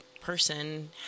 person